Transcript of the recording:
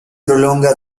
prolonga